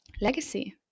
legacy